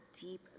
deep